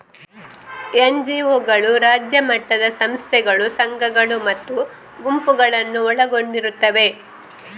ಎನ್.ಜಿ.ಒಗಳು ರಾಜ್ಯ ಮಟ್ಟದ ಸಂಸ್ಥೆಗಳು, ಸಂಘಗಳು ಮತ್ತು ಗುಂಪುಗಳನ್ನು ಒಳಗೊಂಡಿರುತ್ತವೆ